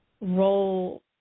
role